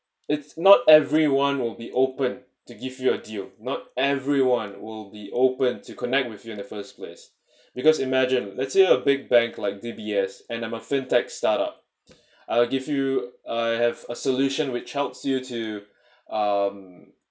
it's not everyone will be open to give you a deal not everyone will be open to connect with you in the first place because imagine let's say a big bank like D_B_S and I'm a fintech startup I'll give you I have a solution which helps you to um